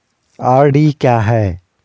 RD क्या है?